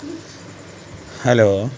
hello